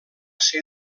ser